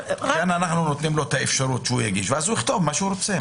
אנחנו נותנים לו את האפשרות שהוא הגיש ואז הוא יכתוב מה שהוא רוצה.